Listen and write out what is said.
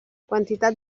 quantitat